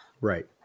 Right